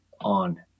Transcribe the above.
on